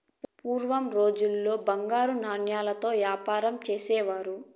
పూర్వం రోజుల్లో బంగారు నాణాలతో యాపారం చేసేవారు